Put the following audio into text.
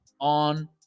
on